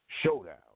showdown